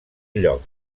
lloc